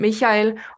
Michael